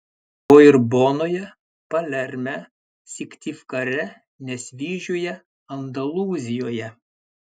o ir bonoje palerme syktyvkare nesvyžiuje andalūzijoje